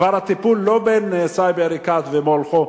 כבר הטיפול לא בין סאיב עריקאת ומולכו,